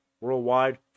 worldwide